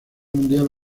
mundial